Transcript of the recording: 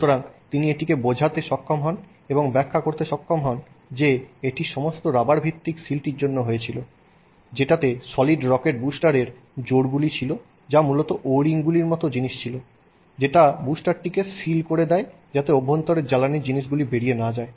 সুতরাং তিনি এটিকে বোঝাতে সক্ষম হন এবং ব্যাখ্যা করতে সক্ষম হন যে এটি সমস্ত রাবার ভিত্তিক সিলটির জন্য হয়েছিল যেটাতে সলিড রকেট বুস্টারের জোড়গুলি ছিল যা মূলত ও রিংগুলির মতো জিনিস যেটা বুস্টারটিকে সিল করে দেয় যাতে অভ্যন্তরের জ্বালানীর জিনিসগুলি বেরিয়ে না যায়